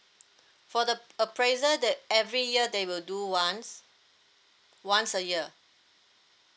for the appraisal that every year they will do once once a year